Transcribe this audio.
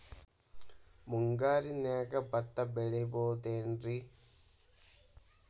ಮುಂಗಾರಿನ್ಯಾಗ ಭತ್ತ ಬೆಳಿಬೊದೇನ್ರೇ?